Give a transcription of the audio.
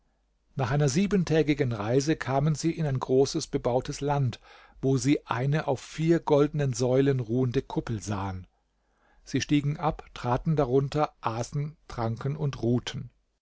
nach einer siebentägigen reise kamen sie in ein großes bebautes land wo sie eine auf vier goldnen säulen ruhende kuppel sahen sie stiegen ab traten darunter aßen tranken und ruhten